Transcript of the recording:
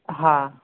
હા